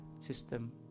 system